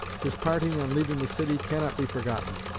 his parting on leaving the city cannot be forgotten.